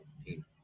Team